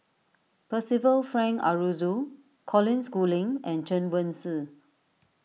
Percival Frank Aroozoo Colin Schooling and Chen Wen Hsi